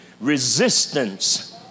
Resistance